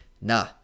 Nah